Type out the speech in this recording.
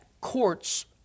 courts